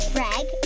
Greg